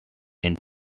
indo